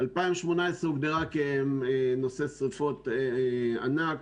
2018 הוגדרה כנושא שרפות ענק,